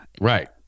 Right